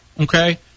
okay